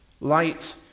Light